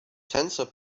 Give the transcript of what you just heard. tensor